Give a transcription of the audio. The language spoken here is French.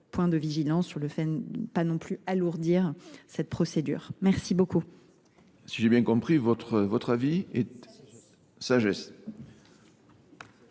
point de vigilance sur le fait de ne pas non plus alourdir cette procédure. Merci beaucoup. Si j'ai bien compris, votre avis est... Sagesse.